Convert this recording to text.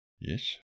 Yes